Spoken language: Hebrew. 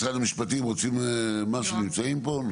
משרד המשפטים, רוצים משהו, נמצאים פה?